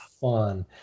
fun